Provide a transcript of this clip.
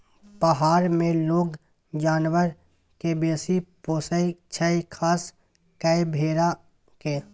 पहार मे लोक जानबर केँ बेसी पोसय छै खास कय भेड़ा केँ